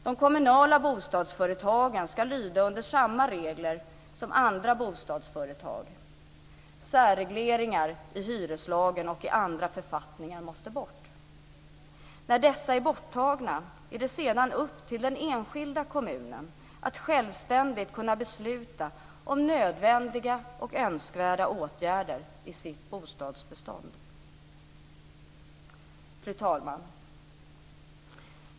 De kommunala bostadsföretagen ska lyda under samma regler som andra bostadsföretag. Särregleringar i hyreslagen och i andra författningar måste bort. När dessa är borttagna är det upp till den enskilda kommunen att självständigt besluta om nödvändiga och önskvärda åtgärder i det egna bostadsbeståndet. Fru talman!